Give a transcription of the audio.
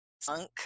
funk